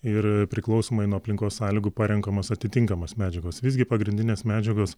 ir priklausomai nuo aplinkos sąlygų parenkamos atitinkamos medžiagos visgi pagrindinės medžiagos